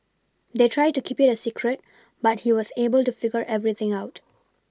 they tried to keep it a secret but he was able to figure everything out